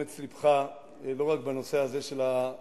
אני רוצה לשבח אותך על אומץ לבך לא רק בנושא הזה של ההתמדה,